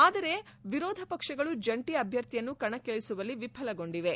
ಆದರೆ ವಿರೋಧ ಪಕ್ಷಗಳು ಜಂಟಿ ಅಭ್ಯರ್ಥಿಯನ್ನು ಕಣಕ್ಕಿಳಿಸುವಲ್ಲಿ ವಿಫಲಗೊಂಡಿವೆ